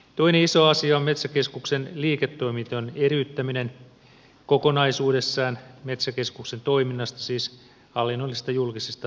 toinen iso asia on metsäkeskuksen liiketoimintojen eriyttäminen kokonaisuudessaan metsäkeskuksen toiminnasta siis hallinnollisista julkisista tehtävistä